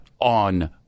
on